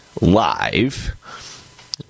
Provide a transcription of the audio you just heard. live